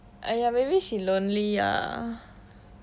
!aiya! maybe she lonely ah